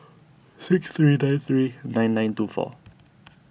six three nine three nine nine two four